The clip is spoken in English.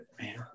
man